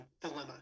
dilemma